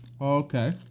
Okay